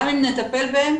גם אם נטפל בהם,